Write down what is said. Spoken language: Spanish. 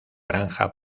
granja